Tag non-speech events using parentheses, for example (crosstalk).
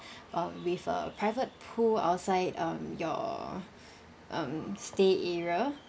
(breath) um with a private pool outside um your (breath) um stay area